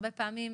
הרבה פעמים,